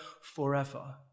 forever